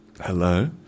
hello